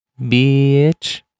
Bitch